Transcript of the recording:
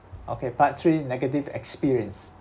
okay part three negative experience